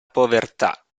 povertà